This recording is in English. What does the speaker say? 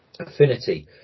affinity